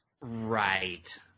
Right